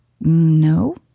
No